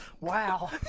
Wow